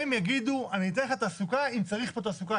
הם יגידו: אני אתן לך תעסוקה אם צריך פה תעסוקה,